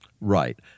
Right